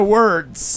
words